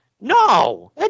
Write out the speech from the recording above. No